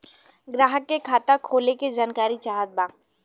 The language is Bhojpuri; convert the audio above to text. ग्राहक के खाता खोले के जानकारी चाहत बा?